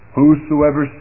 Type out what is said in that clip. Whosoever